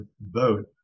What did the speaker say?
vote